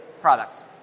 products